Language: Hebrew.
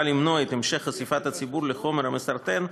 למנוע את המשך חשיפת הציבור לחומר המסרטן,